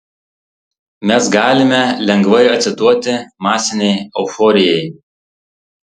mes galime lengvai atsiduoti masinei euforijai